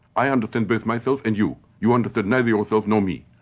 i understand both myself and you. you understand neither yourself, nor me.